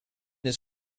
his